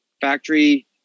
factory